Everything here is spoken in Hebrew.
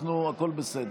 הכול בסדר.